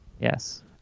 Yes